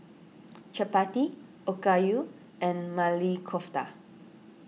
Chapati Okayu and Maili Kofta